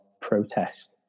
protest